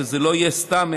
שזה לא יהיה סתם,